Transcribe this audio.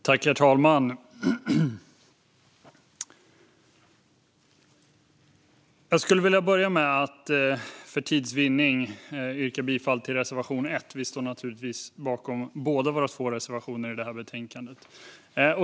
Herr talman! Jag skulle vilja börja med att för tids vinnande yrka bifall bara till reservation 1, även om vi naturligtvis står bakom båda våra reservationer i betänkandet.